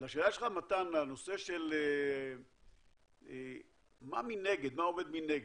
לשאלה שלך, מתן, לנושא של מה מנגד, מה עומד מנגד.